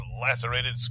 lacerated